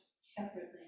separately